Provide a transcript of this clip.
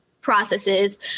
processes